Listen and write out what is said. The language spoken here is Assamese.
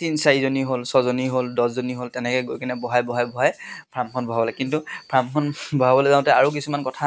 তিনি চাৰিজনী হ'ল ছজনী হ'ল দহজনী হ'ল তেনেকৈ গৈ কিনে বঢ়াই বঢ়াই বঢ়াই ফাৰ্মখন বঢ়াব লাগে কিন্তু ফাৰ্মখন বঢ়াবলৈ যাওঁতে আৰু কিছুমান কথা